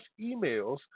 emails